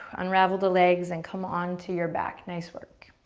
unravel the legs and come onto your back, nice work.